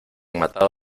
matado